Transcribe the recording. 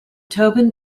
tobin